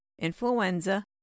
influenza